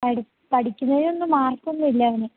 പഠിക്കുന്നതിനൊന്നും മാർക്കൊന്നുമില്ല അവന്